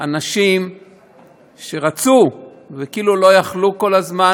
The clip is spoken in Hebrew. אנשים שרצו וכאילו לא יכלו כל הזמן,